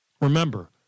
Remember